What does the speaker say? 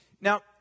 Now